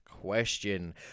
question